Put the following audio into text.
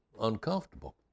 uncomfortable